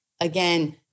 again